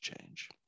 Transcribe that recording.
change